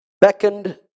beckoned